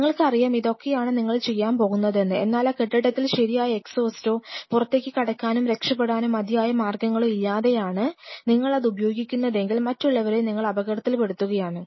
നിങ്ങൾക്കറിയാം ഇതൊക്കെയാണ് നിങ്ങൾ ചെയ്യാൻ പോകുന്നതെന്ന് എന്നാൽ ആ കെട്ടിടത്തിൽ ശരിയായ എക്സ്ഹോസ്റ്റോ പുറത്തേക്ക് കടക്കാനും രക്ഷപ്പെടാനും മതിയായ മാർഗ്ഗങ്ങളോ ഇല്ലാതെയാണ് നിങ്ങൾ അത് ഉപയോഗിക്കുന്നതെങ്കിൽ മറ്റുള്ളവരെയും നിങ്ങൾ അപകടത്തിൽപെടുത്തുകയാണ്